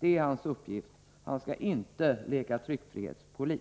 Det är hans uppgift. Han skall inte leka tryckfrihetspolis.